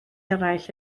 eraill